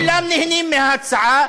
כולם נהנים מההצעה,